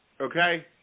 Okay